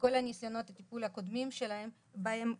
וכל ניסיונות הטיפול הקודמים בהם כשלו.